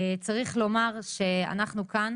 צריך לומר שאנחנו כאן,